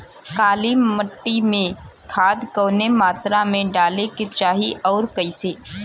काली मिट्टी में खाद कवने मात्रा में डाले के चाही अउर कइसे?